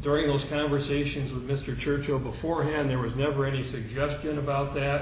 during those conversations with mr churchill beforehand there was never any suggestion about that